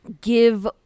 give